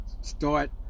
Start